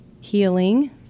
healing